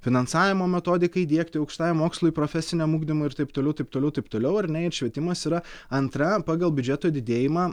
finansavimo metodikai diegti aukštajam mokslui profesiniam ugdymui ir taip toliau taip toliau taip toliau ar ne švietimas yra antra pagal biudžeto didėjimą